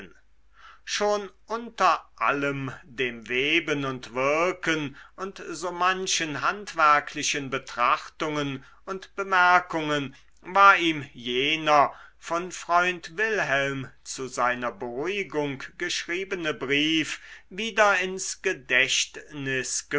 schon unter allem dem weben und wirken und so manchen handwerklichen betrachtungen und bemerkungen war ihm jener von freund wilhelm zu seiner beruhigung geschriebene brief wieder ins gedächtnis